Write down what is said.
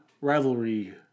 rivalry